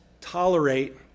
tolerate